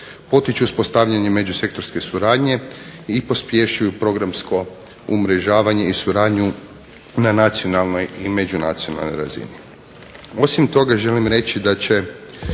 potiču uspostavljanje međusektorske suradnje i pospješuju programsko umrežavanje i suradnju na nacionalnoj i međunacionalnoj razini. Osim toga, želim reći da će